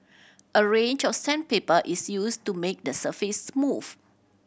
a range of sandpaper is used to make the surface smooth